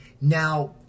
Now